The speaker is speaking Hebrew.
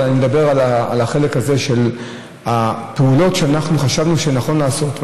אבל אני מדבר על החלק הזה של הפעולות שאנחנו חשבנו שנכון לעשות.